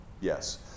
Yes